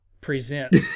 presents